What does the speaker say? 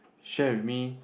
share with me